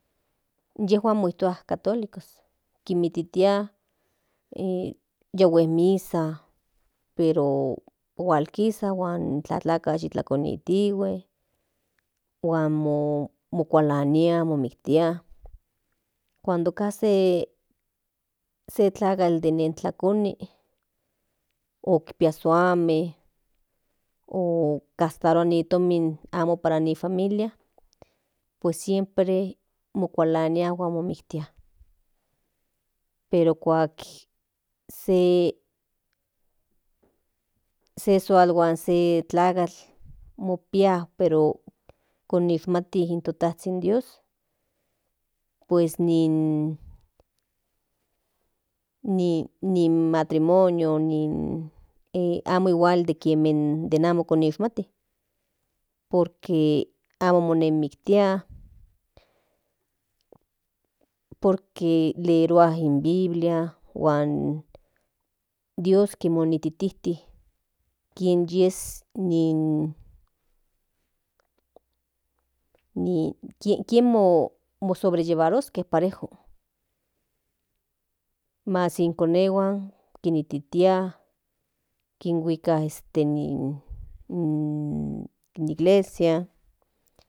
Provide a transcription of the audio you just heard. Kilerua in biblia kinmachtia ya inyejuan njiki tua kienma o amo kichihuaske tlen dios kinneki pero in tetanme kinititia igual kate tlatlaka o suame amo konishmati in dios tonces ingual okachi kin costarua por que amo parejo kontlakatoka in dios pero kuak parejo otlakatoka okachi kuali ka kien vivirua.